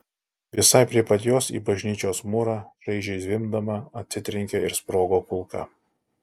visai prie pat jos į bažnyčios mūrą šaižiai zvimbdama atsitrenkė ir sprogo kulka